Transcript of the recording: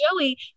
Joey